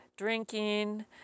drinking